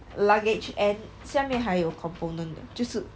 luggage and 下面还有 component 的就是